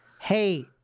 hey